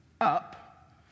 up